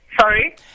Sorry